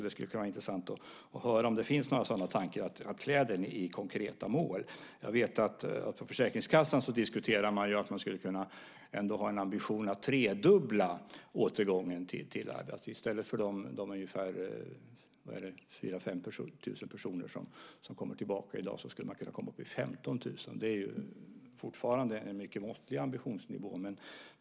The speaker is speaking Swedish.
Det skulle vara intressant att höra om det finns några tankar på att klä den i konkreta mål. Jag vet att Försäkringskassan diskuterar att man skulle kunna ha ambitionen att tredubbla återgången till arbetslivet. I stället för de 4 000-5 000 personer som i dag kommer tillbaka skulle man kunna komma upp i 15 000. Det är fortfarande en mycket måttlig ambitionsnivå.